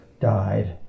died